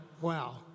wow